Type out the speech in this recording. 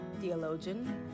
theologian